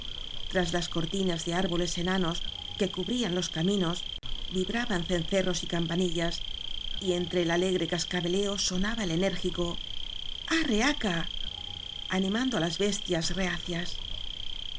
tras las cortinas de ár boles enanos que cubrían los caminos vibra ban cencerros y campanillas y entre el alegre cascabeleo sonaba el enérgico arre aca ani mando á las bestias rehacías